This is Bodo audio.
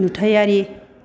नुथायारि